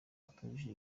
atujuje